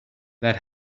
that